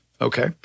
Okay